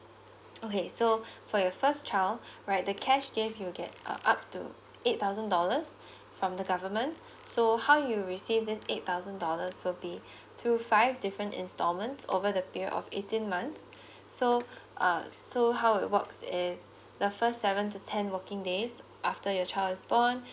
okay so for your first child right they cash gift you will get uh up to eight thousand dollars from the government so how you receive this eight thousand dollars will be two five different installments over the period of eighteen month so uh so how it works is the first seven to ten working days after your child is born